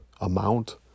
amount